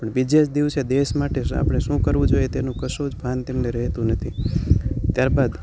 પણ બીજે જ દિવસે દેશ માટે જ આપણે શું કરવું જોઈએ તેનું કશું જ ભાન તેમને રહેતું નથી ત્યારબાદ